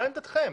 מה עמדתכם?